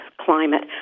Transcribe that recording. climate